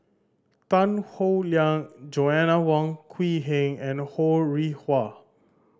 Tan Howe Liang Joanna Wong Quee Heng and Ho Rih Hwa